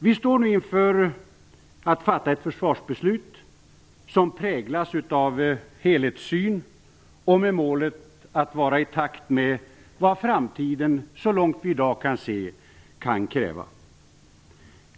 Vi står nu inför att fatta ett försvarsbeslut som präglas av helhetssyn och med målet att vara i takt med vad framtiden så långt vi i dag kan se kan kräva.